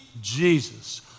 Jesus